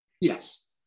Yes